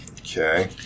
Okay